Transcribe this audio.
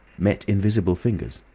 met invisible fingers.